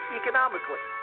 economically